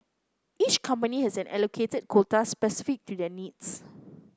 each company has an allocated quota specific to their needs